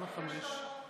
למה חמש?